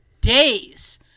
days